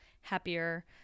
happier